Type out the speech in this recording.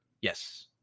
Yes